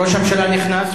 ראש הממשלה נכנס.